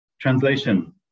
Translation